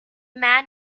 man